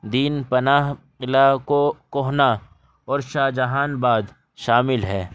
دین پناہ قلعہ کو کوہنہ اور شاہ جہان آباد شامل ہے